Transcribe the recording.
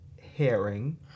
hearing